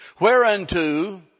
whereunto